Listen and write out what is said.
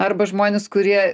arba žmonės kurie